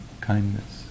Kindness